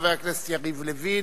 חבר הכנסת יריב לוין.